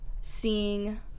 seeing